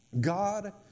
God